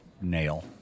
nail